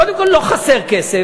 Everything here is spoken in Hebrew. קודם כול, לא חסר כסף.